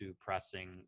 pressing